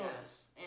Yes